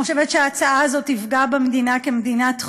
אני חושבת שההצעה הזאת תפגע במדינה כמדינת חוק.